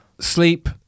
Sleep